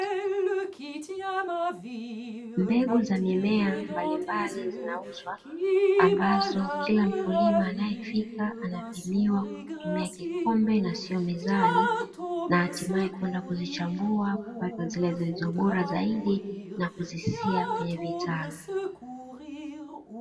Mbegu za mimea mbalimbali zinauzwa ambazo kila mkulima anayefika anapimiwa kwa kutumia kikombe na sio mizani, na hatimaye kwenda kuzichambua kupata zile zilizo bora zaidi na kuzisia kwenye vitalu.